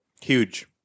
Huge